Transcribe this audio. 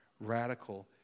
radical